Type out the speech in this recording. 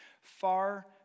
far